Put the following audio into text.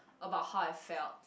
about how I felt